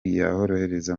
yorohereza